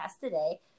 today